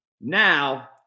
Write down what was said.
Now